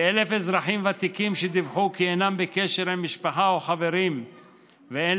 כ-1,000 אזרחים ותיקים שדיווחו כי אינם בקשר עם משפחה או חברים ושאין